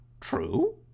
true